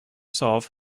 solve